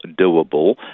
doable